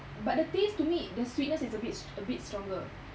but the taste to me the sweetness is a bit a bit stronger